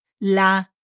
la